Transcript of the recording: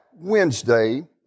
Wednesday